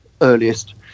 earliest